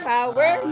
Power